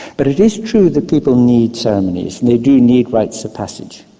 but it is true that people need ceremonies and they do need rites of passage.